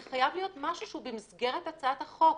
זה חייב להיות משהו שהוא במסגרת הצעת החוק.